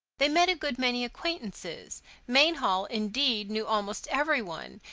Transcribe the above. they met a good many acquaintances mainhall, indeed, knew almost every one,